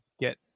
get